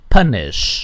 Punish